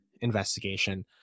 investigation